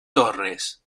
torres